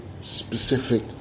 specific